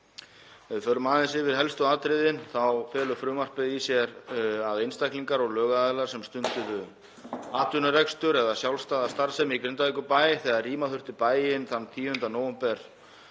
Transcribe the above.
við förum aðeins yfir helstu atriðin þá felur frumvarpið í sér að einstaklingar og lögaðilar sem stunduðu atvinnurekstur eða sjálfstæða starfsemi í Grindavíkurbæ þegar rýma þurfti bæinn þann 10. nóvember